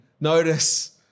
notice